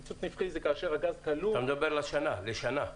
פיצוץ נפחי זה כאשר הגז כלוא -- אתה מדבר להשנה לשנה.